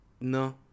No